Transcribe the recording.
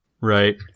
right